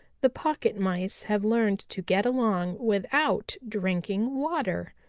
the pocket mice have learned to get along without drinking water.